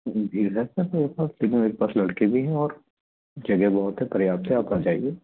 जी मेरे पास लड़के भी हैं और जगह बहुत है पर्याप्त है आप आ जाइए